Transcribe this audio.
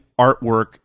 artwork